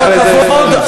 ואחרי זה נפסיק אותם.